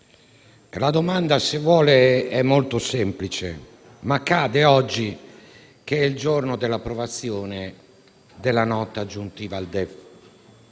la domanda è molto semplice, ma cade oggi che è il giorno dell'approvazione della Nota aggiuntiva al DEF,